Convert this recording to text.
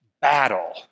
battle